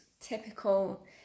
typical